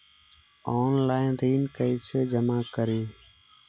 Online ऋण कैसे जमा करी?